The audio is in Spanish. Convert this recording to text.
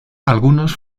algunos